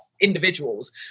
individuals